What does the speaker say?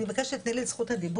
אני מבקשת שתיתני לי את זכות הדיבור.